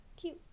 cute